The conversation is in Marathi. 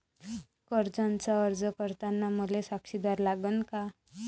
कर्जाचा अर्ज करताना मले साक्षीदार लागन का?